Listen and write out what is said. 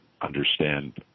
understand